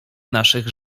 naszych